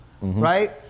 Right